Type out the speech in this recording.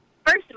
First